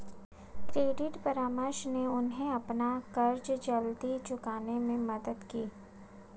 credit परामर्श ने उन्हें अपना कर्ज जल्दी चुकाने में मदद की